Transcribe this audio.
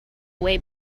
way